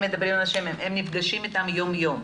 הם מדברים עם אנשים ונפגשים איתם יום-יום.